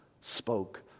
spoke